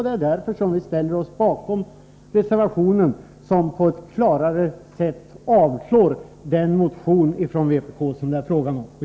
Det är därför som vi ställer oss bakom reservationen, där vi på ett klart sätt avstyrker den motion från vpk som det är fråga om.